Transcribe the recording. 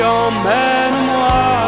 emmène-moi